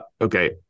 okay